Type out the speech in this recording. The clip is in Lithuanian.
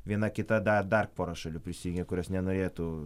viena kita da dar pora šalių prisijungė kurios nenorėtų